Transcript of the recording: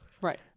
Right